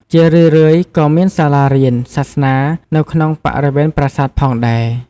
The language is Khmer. ជារឿយៗក៏មានសាលារៀនសាសនានៅក្នុងបរិវេណប្រាសាទផងដែរ។